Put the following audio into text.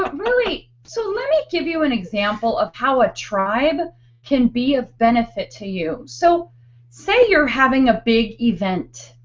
but so let me give you an example of how a tribe can be of benefit to you. so say you're having a big event.